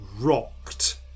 rocked